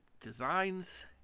designs